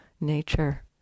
nature